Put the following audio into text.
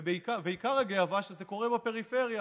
ועיקר הגאווה, שזה קורה בפריפריה,